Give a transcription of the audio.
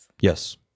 Yes